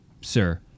sir